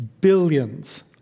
billions